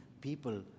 people